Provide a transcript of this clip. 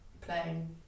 playing